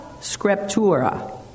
scriptura